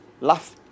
Laugh